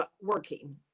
working